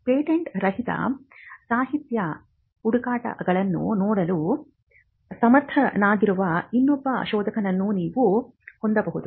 patent ರಹಿತ ಸಾಹಿತ್ಯ ಹುಡುಕಾಟಗಳನ್ನು ನೋಡಲು ಸಮರ್ಥನಾಗಿರುವ ಇನ್ನೊಬ್ಬ ಶೋಧಕನನ್ನು ನೀವು ಹೊಂದಬಹುದು